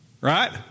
right